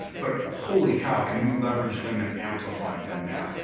but, holy cow, can we leverage them and amplify them now.